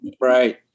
Right